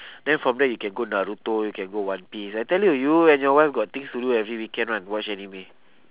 then from there you can go naruto you can go one piece I tell you you and your wife got things to do every weekend [one] watch anime